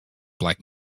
black